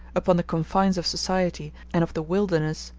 upon the confines of society and of the wilderness,